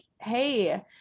hey